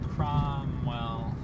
Cromwell